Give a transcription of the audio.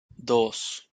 dos